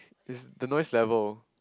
it's the noise level